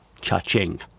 cha-ching